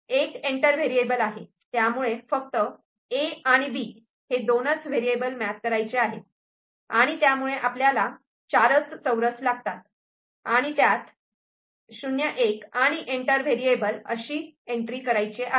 पण 1 enter variable आहे त्यामुळे फक्त ए आणि बी हे दोनच वेरिएबल मॅप करायचे आहेत आणि त्यामुळे आपल्याला चारच चौरस लागतात आणि त्यात झिरो वन आणि एंटर व्हेरिएबल अशी एन्ट्री करायचे आहे